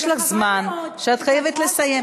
יש לך זמן שאת חייבת לסיים.